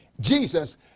Jesus